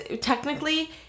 technically